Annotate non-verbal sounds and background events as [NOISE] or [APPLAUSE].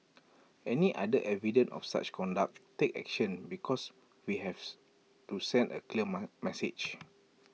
any other evidence of such conduct take action because we have to send A clear [HESITATION] message